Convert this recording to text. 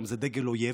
והיום זה דגל אויב,